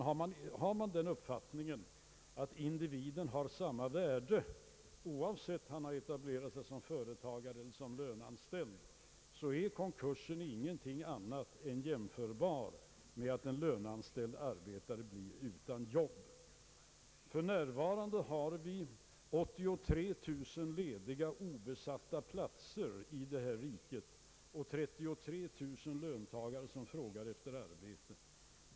Är man av den uppfattningen att individen har samma värde oavsett om han har etablerat sig som företagare eller som löneanställd är konkurs ingenting annat än något som är jämförbart med att en löneanställd blir friställd. För närvarande finns det 83 000 lediga obesatta arbeten i riket och 33 000 människor som frågar efter arbete.